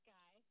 guy